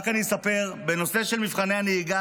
רק אספר שבנושא של מבחני הנהיגה,